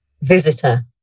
visitor